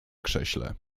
krześle